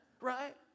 right